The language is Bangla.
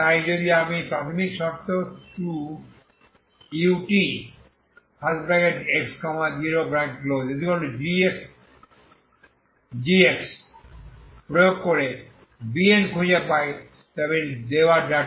তাই যদি আমি প্রাথমিক শর্ত 2 utx0gg প্রয়োগ করে Bn খুঁজে পাই তবে এটি দেওয়া ডেটা